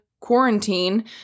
quarantine